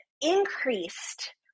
increased